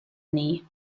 knee